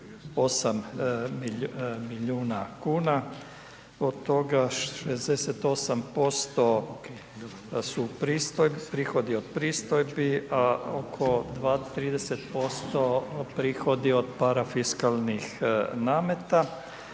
678 milijuna kuna. Od toga 68% su prihodi od pristojbi, a oko 30% prihodi od parafiskalnih nameta.